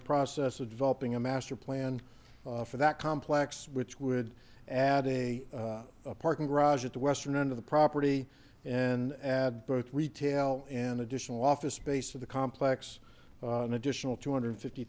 the process of developing a master plan for that complex which would add a parking garage at the western end of the property and add both retail and additional office space to the complex an additional two hundred fifty